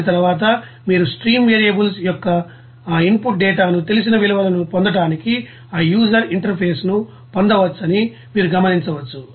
దాని తర్వాత మీరు స్ట్రీమ్ వేరియబుల్స్ యొక్క ఆ ఇన్పుట్ డేటాను తెలిసిన విలువలను పొందడానికి ఆ యూజర్ ఇంటర్ఫేస్ను పొందవచ్చని మీరు గమనించవచ్చు